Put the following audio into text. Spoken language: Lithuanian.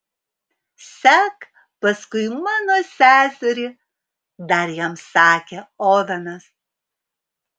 sek paskui mano seserį dar jam sakė ovenas